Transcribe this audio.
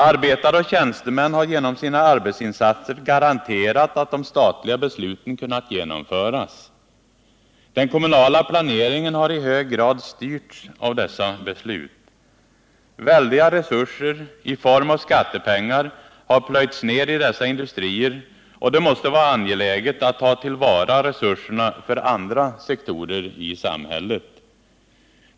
Arbetare och tjänstemän har genom sina arbetsinsatser garanterat att de statliga besluten kunnat genomföras. Den kommunala planeringen har i hög grad styrts av dessa beslut. Väldiga resurser i form av skattepengar har plöjts ner i dessa industrier, och det måste vara angeläget att ta till vara resurserna för andra sektorer i samhället.